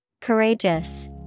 Courageous